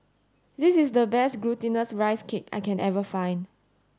this is the best glutinous rice cake I can ever find